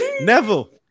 Neville